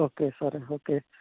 okay സാറേ okay